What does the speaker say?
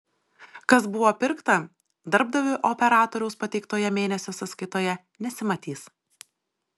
kas buvo pirkta darbdaviui operatoriaus pateiktoje mėnesio sąskaitoje nesimatys